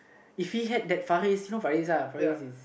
if he had that Faris you know FarisuhFaris is